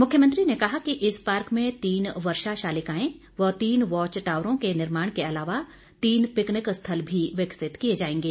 मुख्यमंत्री ने कहा कि इस पार्क में तीन वर्षा शालिकाएं व तीन वॉच टावरों के निर्माण के अलावा तीन पिकनिक स्थल भी विकसित किए जाएंगे